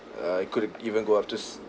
err it could even go up to